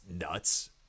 nuts